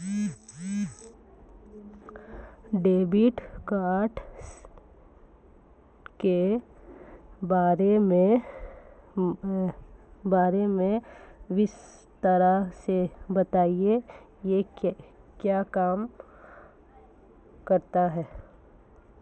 Debit card के बारे में हमें विस्तार से बताएं यह क्या काम आता है?